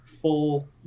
full